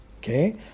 okay